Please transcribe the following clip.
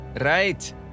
Right